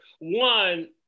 One